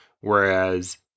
Whereas